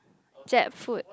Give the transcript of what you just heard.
jackfruit